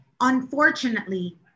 unfortunately